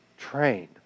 trained